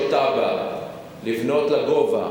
אם יש לו תב"ע לבנות לגובה,